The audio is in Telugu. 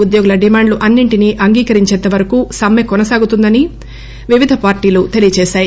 ఉద్యోగుల డిమాండ్ లు అన్నింటినీ అంగీకరించేంత వరకు సమ్మె కొనసాగుతుందని వామపక్ష పార్టీలు తెలియజేశాయి